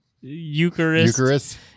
Eucharist